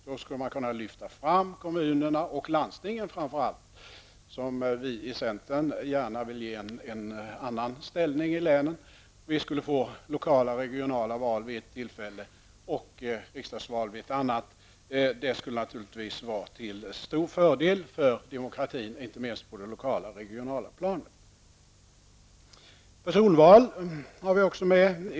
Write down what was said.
Man skulle kunna lyfta fram kommunerna och särskilt landstingen, som vi i centern gärna vill ge en annan ställning i länet. Vi skulle få lokala och regionala val vid ett tillfälle och riksdagsval vid ett annat. Det skulle naturligtvis vara en stor fördel för demokratin, inte minst på det lokala och regionala planet. I vår motion tar vi också upp personval.